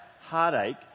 heartache